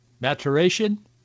maturation